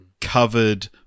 covered